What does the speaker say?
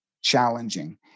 challenging